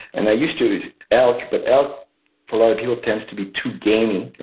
and i used to use elk but elk for a lot of people tends to be too gamey.